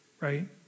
right